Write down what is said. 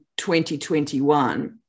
2021